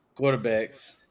Quarterbacks